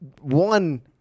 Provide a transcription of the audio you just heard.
One